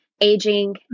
aging